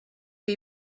que